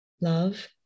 Love